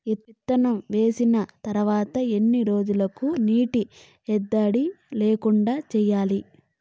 విత్తనం వేసిన తర్వాత ఏ రోజులకు నీటి ఎద్దడి లేకుండా చూడాలి?